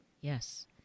Yes